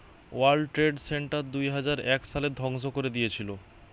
world Trade Center দুইহাজার এক সালে ধ্বংস করে দিয়েছিলো